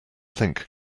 think